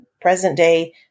present-day